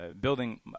building